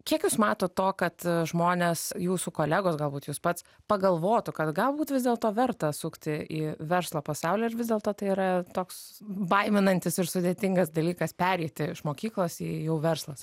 kiek jūs matot to kad žmonės jūsų kolegos galbūt jūs pats pagalvotų kad galbūt vis dėlto verta sukti į verslo pasaulį ar vis dėlto tai yra toks baiminantis ir sudėtingas dalykas pereiti iš mokyklos į jau verslą